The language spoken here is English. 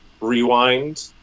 rewind